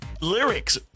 Lyrics